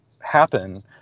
happen